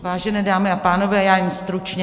Vážené dámy a pánové, já jen stručně.